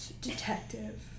Detective